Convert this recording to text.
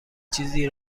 چیزی